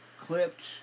clipped